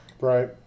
Right